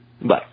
Bye